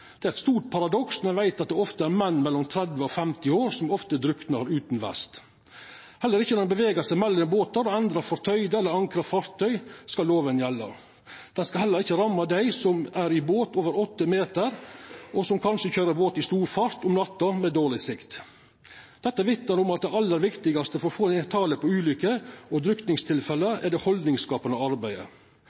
Det er eit stort paradoks når ein veit at det er menn mellom 30 og 50 år utan vest som oftast druknar. Heller ikkje når ein beveger seg mellom båtar og entrar fortøyde eller ankra fartøy, skal loven gjelda. Han skal heller ikkje ramma dei som er i båtar som har ei lengd på over åtte meter, og som kanskje køyrer båt i stor fart om natta, med dårlig sikt. Dette vitnar om at det aller viktigaste for å få ned talet på ulukker og drukningstilfelle, er det haldningsskapande arbeidet.